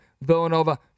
Villanova